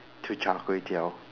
to Char-Kway-Teow